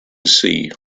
sea